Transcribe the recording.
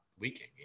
leaking